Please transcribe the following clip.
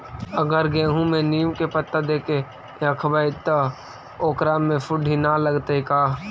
अगर गेहूं में नीम के पता देके यखबै त ओकरा में सुढि न लगतै का?